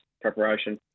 preparation